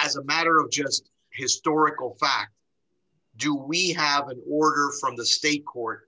as a matter of just historical facts do we have a order from the state court